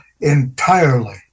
entirely